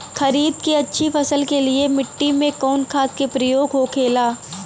खरीद के अच्छी फसल के लिए मिट्टी में कवन खाद के प्रयोग होखेला?